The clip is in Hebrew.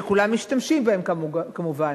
שכולם משתמשים בהם, כמובן.